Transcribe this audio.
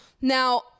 Now